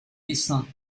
dessins